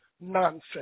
nonsense